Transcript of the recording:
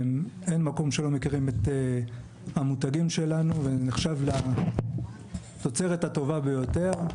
אין מקום שלא מכירים את המותגים שלנו ונחשב לתוצרת הטובה ביותר.